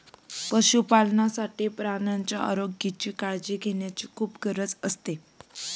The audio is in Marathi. पशुपालनासाठी प्राण्यांच्या आरोग्याची काळजी घेण्याची खूप गरज असते